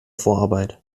vorarbeit